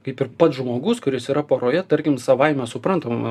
kaip ir pats žmogus kuris yra poroje tarkim savaime suprantama